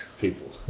People